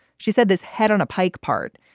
she said this head on a pike part.